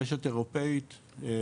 רשת אירופאית,